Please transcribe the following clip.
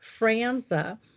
Franza